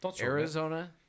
Arizona